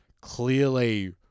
clearly